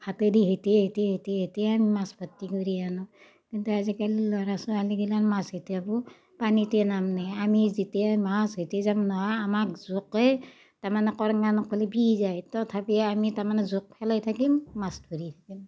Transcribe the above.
হাতেদি হেতিয়াই হেতিয়াই হেতিয়াই হেতিয়াই আমি মাছ ভৰ্তি কৰি আনো কিন্তু আজিকালি ল'ৰা ছোৱালীগিলা মাছ হেতিয়াব পানীতে নামনে আমি যেতিয়াই মাছ হেতিয়াই যাম নহয় আমাক জোকেই তাৰমানে কৰঙন খুলি পি যায় তথাপি আমি তাৰমানে জোক পেলাই থাকিম মাছ ধৰি থাকিম